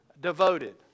devoted